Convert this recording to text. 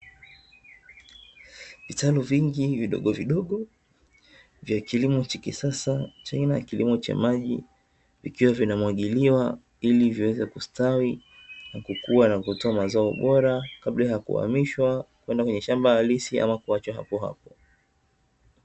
Vitalu vingi vidogovidogo vya kilimo cha kisasa cha kilimo cha maji, vikiwa vinamwagiliwa ili viweze kustawi na kukua na kutoa mazao bora, kabla ya kuhamishwa kwenda kwenye shamba halisi ama kuachwa hapohapo.